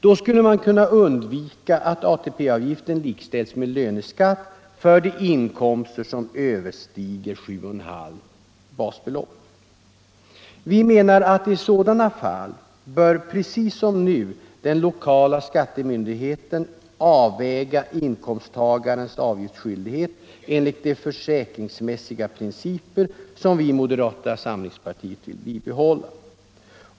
Då skulle man kunna undvika att ATP-avgiften likställs med löneskatt för de inkomster som överstiger 7,5 basbelopp. Vi menar att i sådana fall bör precis som nu den lokala skattemyndigheten avväga inkomsttagarens avgiftsskyldighet enligt de försäkringsmässiga principer som vi i moderata samlingspartiet vill bibehålla.